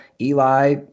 Eli